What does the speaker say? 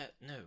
no